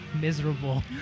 miserable